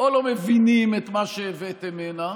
או לא מבינים את מה שהבאתם הנה